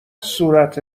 صورت